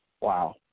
Wow